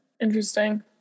Interesting